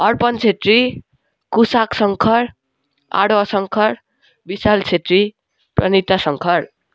अर्पण छेत्री कुसाख शङ्कर आडवा शङ्कर विशाल छेत्री प्रनिता शङ्कर